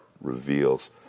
reveals